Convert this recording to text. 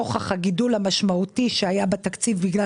נוכח הגידול המשמעותי שהיה בתקציב בגלל